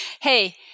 Hey